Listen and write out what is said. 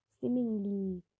seemingly